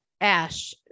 Ash